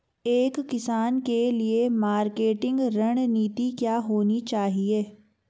एक किसान के लिए मार्केटिंग रणनीति क्या होनी चाहिए?